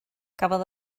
cafodd